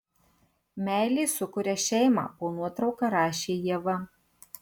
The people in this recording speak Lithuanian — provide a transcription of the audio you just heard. meilė sukuria šeimą po nuotrauka rašė ieva